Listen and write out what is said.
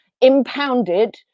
impounded